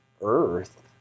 earth